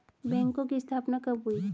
बैंकों की स्थापना कब हुई?